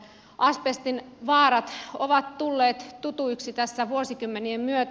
asbestin vaarat ovat tulleet tutuiksi vuosikymmenien myötä